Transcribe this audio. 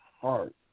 heart